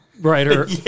writer